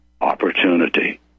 opportunity